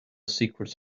secrets